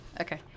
okay